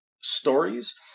stories